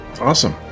Awesome